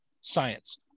science